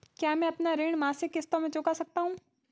क्या मैं अपना ऋण मासिक किश्तों में चुका सकता हूँ?